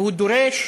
והוא דורש